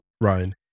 Ryan